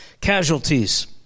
Casualties